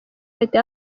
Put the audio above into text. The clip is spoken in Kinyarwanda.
leta